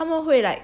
他们会 like